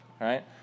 right